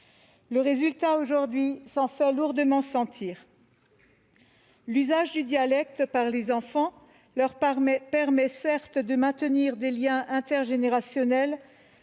s'en ressent aujourd'hui lourdement. L'usage du dialecte par les enfants permet certes de maintenir des liens intergénérationnels,